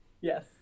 yes